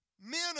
men